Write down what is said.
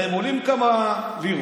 הרי הם עולים כמה לירות.